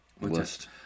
list